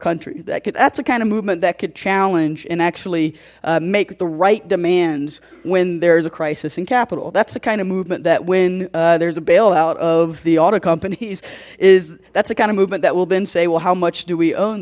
country that could that's the kind of movement that could challenge and actually make the right demands when there is a crisis in capital that's the kind of movement that when there's a bailout of the auto companies is that's the kind of movement that will then say well how much do we own